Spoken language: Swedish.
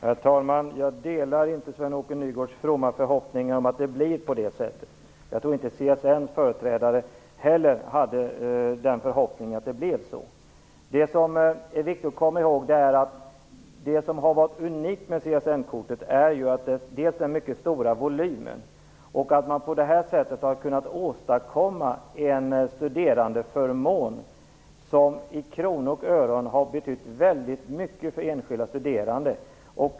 Herr talman! Jag delar inte Sven-Åke Nygårds fromma förhoppning om att det blir på det sättet. Jag tror inte att CSN:s företrädare heller hade förhoppningen att det skulle bli så. Det är viktigt att komma ihåg att det som har varit unikt med CSN kortet dels är att det är fråga om mycket stora volymer, dels att man har kunnat åstadkomma en studerandeförmån som i kronor och ören har betytt väldigt mycket för enskilda studerande.